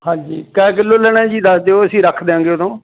ਹਾਂਜੀ ਕੈ ਕਿੱਲੋ ਲੈਣਾ ਜੀ ਦੱਸ ਦਿਓ ਅਸੀਂ ਰੱਖ ਦਿਆਂਗੇ ਉਦੋਂ